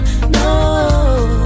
No